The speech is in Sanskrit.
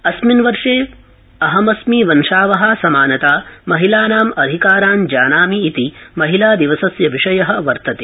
अस्मिन वर्ष अहमस्मि वंशावहा समानता महिलानाम् अधिकारान् जानामि इति महिला दिवसस्य विषय वर्तते